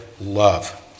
love